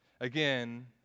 Again